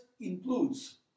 includes